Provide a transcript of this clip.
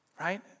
right